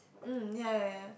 mm ya ya ya ya